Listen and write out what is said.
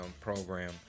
program